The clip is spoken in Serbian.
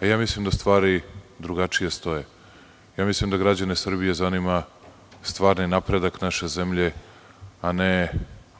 Ja mislim da stvari drugačije stoje. Ja mislim da građane Srbije zanima stvarni napredak naše zemlje, a ne